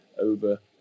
over